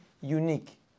unique